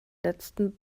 letzten